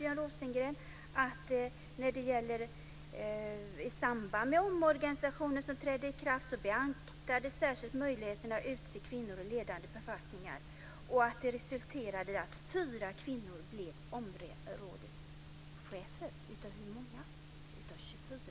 Björn Rosengren svarade att i samband med den omorganisation som trädde i kraft beaktades särskilt möjligheterna att utse kvinnor till ledande befattningar, och det resulterade i att fyra kvinnor blev områdeschefer. Hur många områdeschefer fanns det? Jo, det var 24.